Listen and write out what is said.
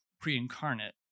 pre-incarnate